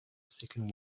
second